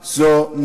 16:00.